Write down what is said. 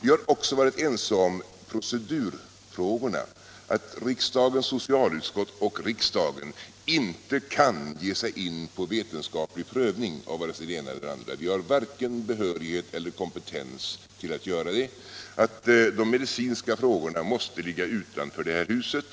Vi har också varit ense om procedurfrågorna: Att riksdagens socialutskott och riksdagen inte kan ge sig in på en vetenskaplig prövning av vare sig det ena eller det andra — vi har varken behörighet eller kompetens att göra det — och att de medicinska frågorna måste ligga utanför det här huset